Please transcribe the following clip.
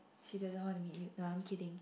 she doesn't want to meet you no I'm kidding